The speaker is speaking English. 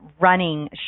running